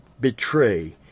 betray